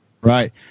Right